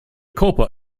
coppa